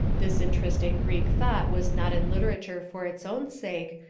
this interest in greek thought was not in literature for its own sake,